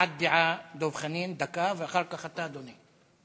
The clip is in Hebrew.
הבעת דעה, דב חנין, דקה, ואחר כך אתה, אדוני.